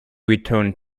returned